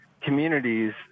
communities